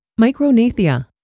Micronathia